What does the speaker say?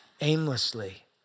aimlessly